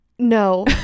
No